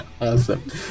Awesome